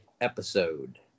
episode